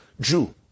Jew